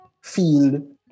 field